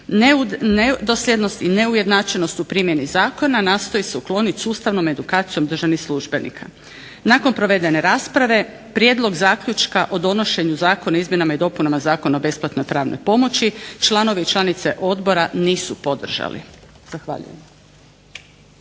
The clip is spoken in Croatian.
Nedosljednost i neujednačenost u primjeni zakona nastoji se ukloniti sustavnom edukacijom državnih službenika. Nakon provedene rasprave prijedlog zaključka o donošenju Zakona o izmjenama i dopunama Zakona o besplatnoj pravnoj pomoći članovi i članice odbora nisu podržali.